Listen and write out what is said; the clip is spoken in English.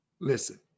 Listen